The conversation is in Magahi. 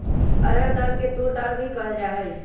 अरहर दाल के तूर दाल भी कहल जाहई